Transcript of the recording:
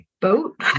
boat